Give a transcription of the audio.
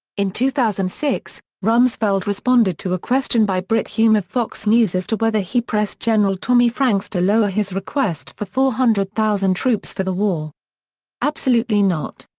in two thousand and six, rumsfeld responded to a question by brit hume of fox news as to whether he pressed general tommy franks to lower his request for four hundred thousand troops for the war absolutely not.